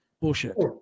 Bullshit